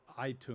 iTunes